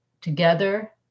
together